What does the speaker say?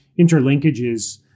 interlinkages